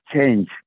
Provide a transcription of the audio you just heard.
change